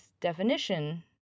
definition